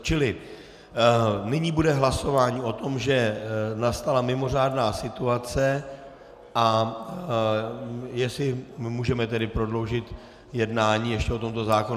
Čili nyní bude hlasování o tom, že nastala mimořádná situace a jestli můžeme ještě prodloužit jednání o tomto zákonu.